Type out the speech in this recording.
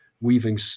weaving